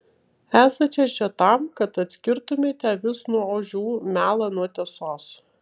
esate čia tam kad atskirtumėte avis nuo ožių melą nuo tiesos